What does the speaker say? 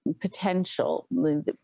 potential